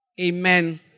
Amen